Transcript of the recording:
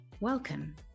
Welcome